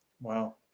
Wow